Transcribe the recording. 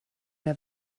der